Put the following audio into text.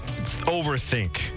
overthink